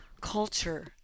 culture